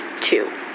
two